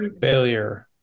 Failure